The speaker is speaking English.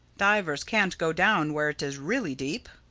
divers can't go down where it is really deep.